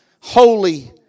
Holy